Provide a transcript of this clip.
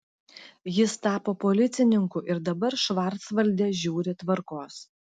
jis tapo policininku ir dabar švarcvalde žiūri tvarkos